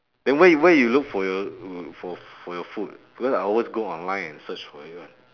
then where you where you look for your for for your food because I always go online and search for it [one]